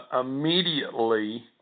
immediately